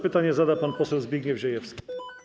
Pytanie zada pan poseł Zbigniew Ziejewski.